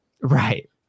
Right